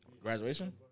graduation